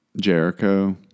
Jericho